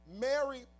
Mary